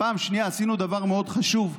פעם שנייה, עשינו דבר מאוד חשוב,